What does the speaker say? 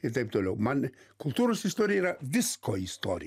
ir taip toliau man kultūros istorija yra visko istorija